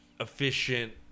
Efficient